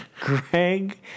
Greg